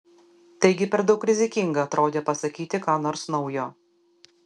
taigi per daug rizikinga atrodė pasakyti ką nors naujo